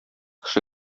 кеше